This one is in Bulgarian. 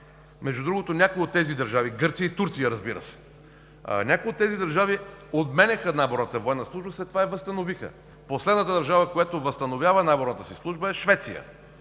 Между другото някои от тези държави… (Реплики.) Гърция и Турция, разбира се. Някои от тези държави отменяха наборната военна служба, след това я възстановиха. Последната държава, която възстановява наборната си служба, е Швеция.